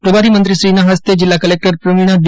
પ્રભારીમંત્રીશ્રીના હસ્તે જિલ્લા collector Pravina D